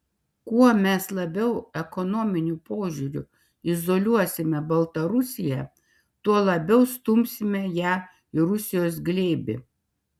kuo mes labiau ekonominiu požiūriu izoliuosime baltarusiją tuo labiau stumsime ją į rusijos glėbį